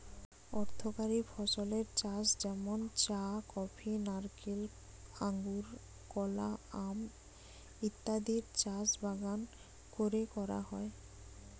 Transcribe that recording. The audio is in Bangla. অর্থকরী ফসলের চাষ যেমন চা, কফি, নারকেল, আঙুর, কলা, আম ইত্যাদির চাষ বাগান কোরে করা হয়